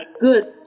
good